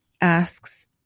asks